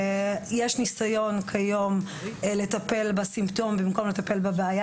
יש ניסיון היום לטפל בסימפטום במקום לטפל בבעיה